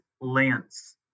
Lance